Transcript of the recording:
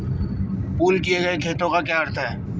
Pool किए गए खातों का क्या अर्थ है?